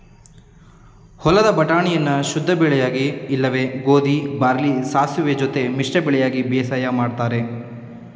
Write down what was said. ಹೊಲದ ಬಟಾಣಿಯನ್ನು ಶುದ್ಧಬೆಳೆಯಾಗಿ ಇಲ್ಲವೆ ಗೋಧಿ ಬಾರ್ಲಿ ಸಾಸುವೆ ಜೊತೆ ಮಿಶ್ರ ಬೆಳೆಯಾಗಿ ಬೇಸಾಯ ಮಾಡ್ತರೆ